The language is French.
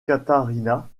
catarina